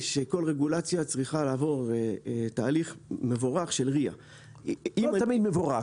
שכל רגולציה צריכה לעבור תהליך מבורך של RIA. לא תמיד מבורך.